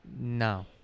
No